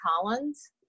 Collins